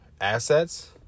assets